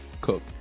Cook